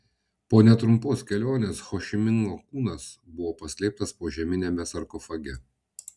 po netrumpos kelionės ho ši mino kūnas buvo paslėptas požeminiame sarkofage